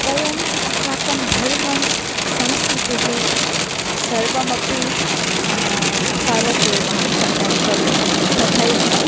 वयम् अस्माकं धर्मं संस्कृतिः सर्वमपि फ़ालो कुर्मः सत्यं खलु तथैव